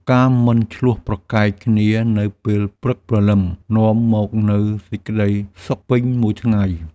ការមិនឈ្លោះប្រកែកគ្នានៅពេលព្រឹកព្រលឹម នាំមកនូវសេចក្តីសុខពេញមួយថ្ងៃ។